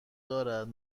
دارد